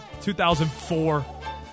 2004